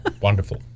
wonderful